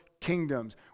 kingdoms